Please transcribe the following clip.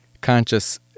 conscious